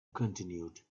continued